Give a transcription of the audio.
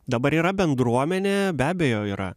dabar yra bendruomenė be abejo yra